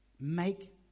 make